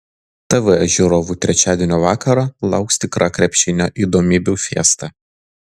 tv žiūrovų trečiadienio vakarą lauks tikra krepšinio įdomybių fiesta